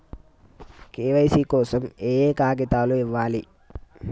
KYC కోసం ఏయే కాగితాలు ఇవ్వాలి?